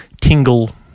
tingle